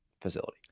facility